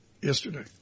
yesterday